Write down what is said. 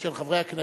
של חברי הכנסת.